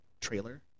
trailer